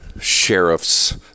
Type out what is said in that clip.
sheriff's